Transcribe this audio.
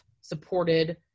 supported